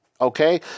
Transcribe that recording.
Okay